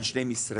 בין שני משרדים,